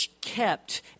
kept